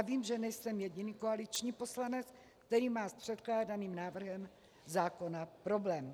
Vím, že nejsem jediný koaliční poslanec, který má s předkládaným návrhem zákona problém.